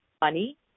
money